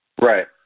Right